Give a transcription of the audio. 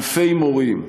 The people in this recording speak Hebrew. אלפי מורים,